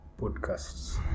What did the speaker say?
podcasts